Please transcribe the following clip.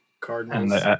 Cardinals